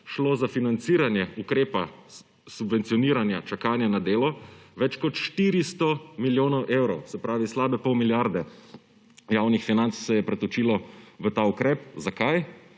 šlo za financiranje ukrepa subvencioniranja čakanja na delo več kot 400 milijonov evrov, se pravi slabe pol milijarde javnih financ se je pretočilo v ta ukrep. Zakaj?